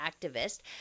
activist